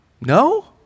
No